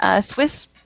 Swiss